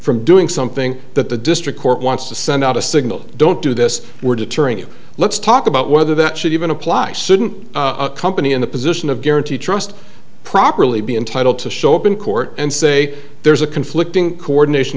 from doing something that the district court wants to send out a signal don't do this we're deterring you let's talk about whether that should even apply shouldn't a company in a position of guarantee trust properly be entitled to show up in court and say there's a conflicting coordination